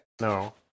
No